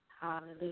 Hallelujah